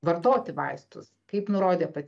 vartoti vaistus kaip nurodė pac